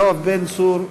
יואב בן צור,